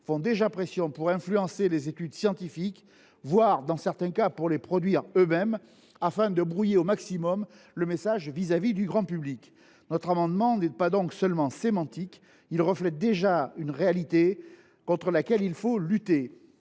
font pression pour influencer les études scientifiques, voire, dans certains cas, pour les produire eux mêmes, afin de brouiller au maximum le message vis à vis du grand public. Cet amendement n’est donc pas seulement sémantique : il reflète une réalité contre laquelle il faut lutter.